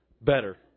better